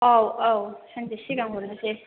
औ औ सानसे सिगां हरनोसै